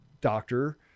doctor